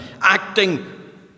acting